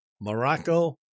Morocco